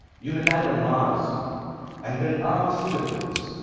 you may land on mars and build armed citadels,